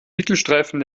mittelstreifen